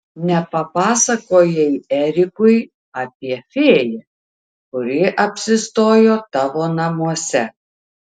nepapasakojai erikui apie fėją kuri apsistojo tavo namuose